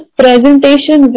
presentation